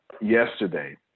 yesterday